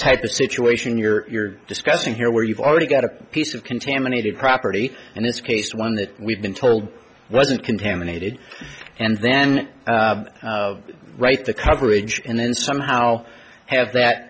type of situation you're discussing here where you've already got a piece of contaminated property in this case one that we've been told wasn't contaminated and then write the coverage and then somehow have that